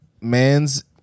Mans